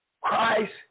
Christ